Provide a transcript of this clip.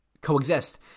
coexist